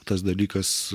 tas dalykas